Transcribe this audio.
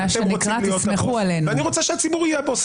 אתם רוצים להיות הבוס ואני רוצה שהציבור יהיה הבוס,